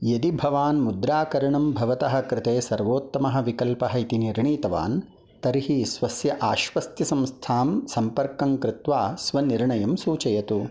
यदि भवान् मुद्राकरणं भवतः कृते सर्वोत्तमः विकल्पः इति निर्णीतवान् तर्हि स्वस्य आश्वस्तिसंस्थां सम्पर्कं कृत्वा स्वनिर्णयं सूचयतु